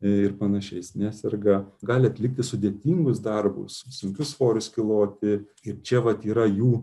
ir panašiais neserga gali atlikti sudėtingus darbus sunkius svorius kiloti ir čia vat yra jų